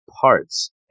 parts